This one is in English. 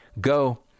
Go